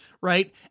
right